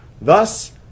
Thus